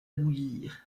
bouillir